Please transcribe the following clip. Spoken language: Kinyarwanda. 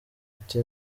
ati